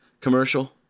commercial